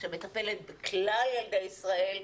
שמטפלת בכלל ילדי ישראל,